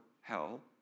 hell